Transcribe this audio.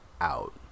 out